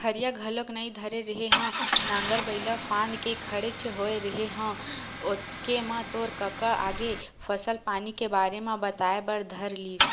हरिया घलोक नइ धरे रेहे हँव नांगर म बइला फांद के खड़ेच होय रेहे हँव ओतके म तोर कका आगे फसल पानी के बारे म बताए बर धर लिस